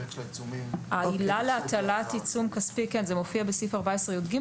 העילה להטלת עיצום כספי מופיעה בסעיף 14(י"ג),